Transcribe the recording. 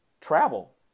travel